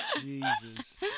Jesus